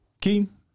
Keen